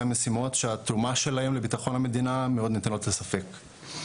משימות שהתרומה שלהם לביטחון המדינה מאוד ניתנות לספק.